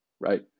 right